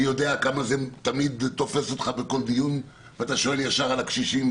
אני יודע כמה זה תמיד תופס אותך בכל דיון ואתה שואל ישר על הקשישים.